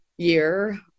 year